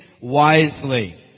Wisely